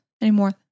anymore